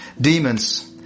demons